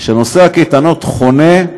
שנושא הקייטנות "חונה"